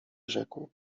rzekł